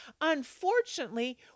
Unfortunately